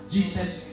Jesus